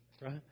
Right